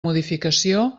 modificació